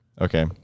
Okay